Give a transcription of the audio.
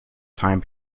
time